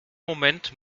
moment